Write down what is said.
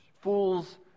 Fools